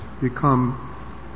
become